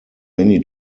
many